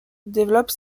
développe